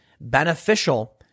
beneficial